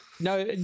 No